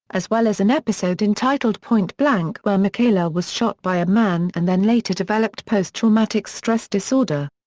as well as an episode entitled point blank where michaela was shot by a man and then later developed post-traumatic stress disorder.